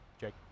Jake